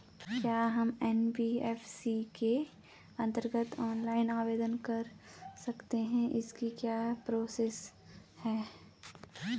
क्या हम एन.बी.एफ.सी के अन्तर्गत ऑनलाइन आवेदन कर सकते हैं इसकी क्या प्रोसेस है?